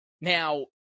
Now